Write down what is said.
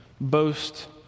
boast